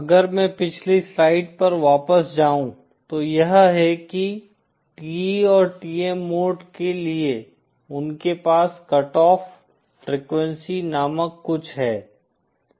अगर मैं पिछली स्लाइड पर वापस जाऊँ तो यह है कि TE और TM मोड के लिए उनके पास कट ऑफ फ्रीक्वेंसी नामक कुछ है